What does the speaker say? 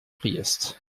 priest